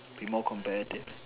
be more competitive